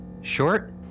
Short